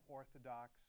orthodox